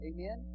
Amen